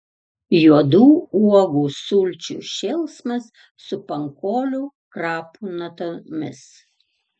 juodų uogų sulčių šėlsmas su pankolių krapų natomis